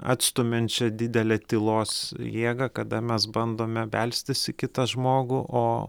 atstumiančią didelę tylos jėgą kada mes bandome belstis į kitą žmogų o